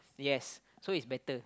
yes so it's better